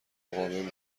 مقاوم